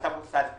אתה מוסד כספי.